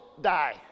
die